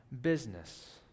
business